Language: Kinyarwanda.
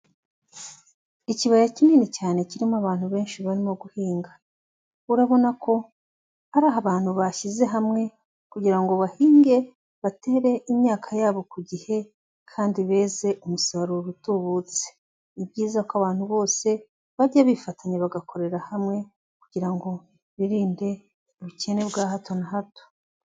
Ikibaya kinini cyane kirimo abantu benshi barimo guhinga, urabona ko ari abantu bashyize hamwe kugira ngo bahinge, batere imyaka yabo ku gihe kandi beze umusaruro utubutse. Ni byizayiza ko abantu bose bajya bifatanya bagakorera hamwe kugira ngo birinde ubukene bwa hato na hato.